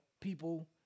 people